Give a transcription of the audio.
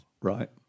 Right